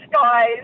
guys